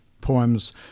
poems